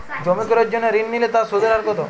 জমি ক্রয়ের জন্য ঋণ নিলে তার সুদের হার কতো?